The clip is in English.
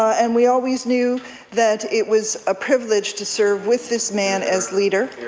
and we always knew that it was a privilege to serve with this man as leader.